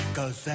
Cause